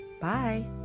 Bye